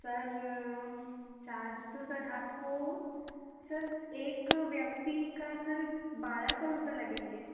sir charge तो sir आपको sir एक व्यक्ति का सर बारह सौ रुपये लगेंगे